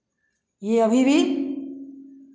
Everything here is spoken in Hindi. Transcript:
यह अभी भी